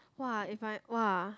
!wah! if I !wah!